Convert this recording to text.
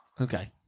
Okay